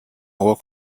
work